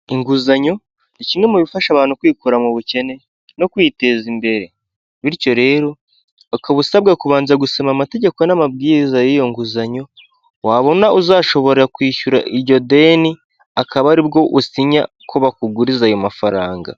Inguzanyo ni kimwe mu bifasha abantu kwikura mu bukene no kwiteza imbere, bityo rero ukaba usabwa kubanza gusoma amategeko n'amabwiriza y'iyo nguzanyo wabona uzashobora kwishyura iryo deni akaba aribwo usinya ko bakuguriza ayo mafaranga.